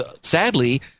sadly